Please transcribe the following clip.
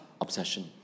obsession